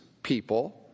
people